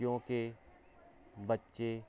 ਕਿਉਂਕਿ ਬੱਚੇ